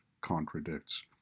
contradicts